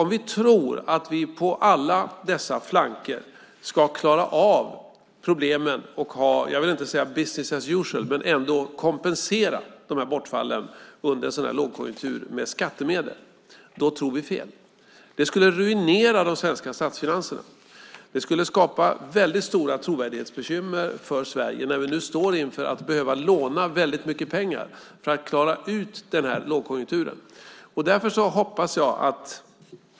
Om vi tror att vi ska klara av problemen på alla dessa flanker och ha om inte business as usual så ändå kompensera de här bortfallen under en sådan här lågkonjunktur med skattemedel tror vi fel. Det skulle ruinera de svenska statsfinanserna. Det skulle skapa väldigt stora trovärdighetsbekymmer för Sverige när vi nu står inför att behöva låna väldigt mycket pengar för att klara ut den här lågkonjunkturen.